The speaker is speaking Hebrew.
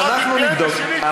אז אנחנו נבדוק.